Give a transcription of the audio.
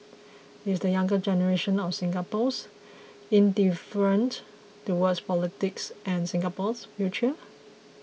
is the younger generation of Singaporeans indifferent towards politics and Singapore's future